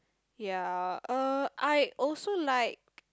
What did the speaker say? ya uh I also like